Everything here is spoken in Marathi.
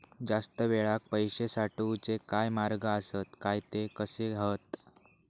जास्त वेळाक पैशे साठवूचे काय मार्ग आसत काय ते कसे हत?